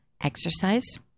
exercise